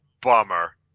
bummer